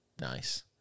Nice